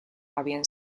habían